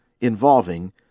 involving